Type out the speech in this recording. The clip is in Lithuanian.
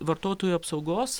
vartotojų apsaugos